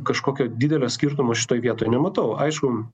kažkokio didelio skirtumo šitoj vietoj nematau aišku